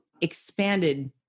expanded